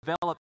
develop